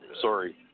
Sorry